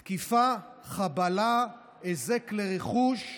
תקיפה, חבלה, היזק לרכוש,